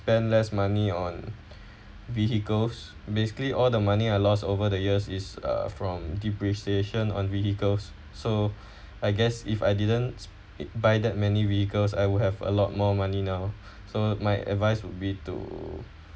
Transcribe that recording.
spent less money on vehicles basically all the money I lost over the years is uh from depreciation on vehicles so I guess if I didn't buy that many vehicles I would have a lot more money now so my advice would be to